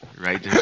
right